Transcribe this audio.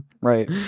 Right